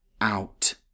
out